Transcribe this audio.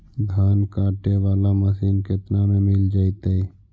धान काटे वाला मशीन केतना में मिल जैतै?